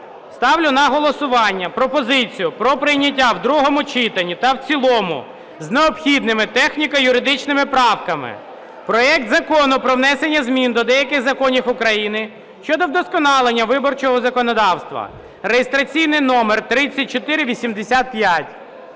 ставлю на голосування пропозицію про прийняття в другому читанні та в цілому з необхідними техніко-юридичними правками проект Закону про внесення змін до деяких законів України щодо вдосконалення виборчого законодавства (реєстраційний номер 3485).